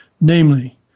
namely